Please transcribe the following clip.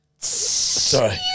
Sorry